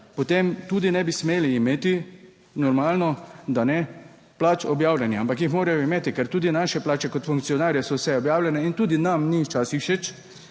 potem tudi ne bi smeli imeti normalno, da ne plač objavljenih, ampak jih morajo imeti, ker tudi naše plače kot funkcionarja so vse objavljene. In tudi nam ni včasih